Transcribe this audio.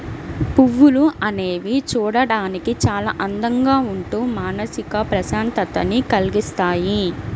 పువ్వులు అనేవి చూడడానికి చాలా అందంగా ఉంటూ మానసిక ప్రశాంతతని కల్గిస్తాయి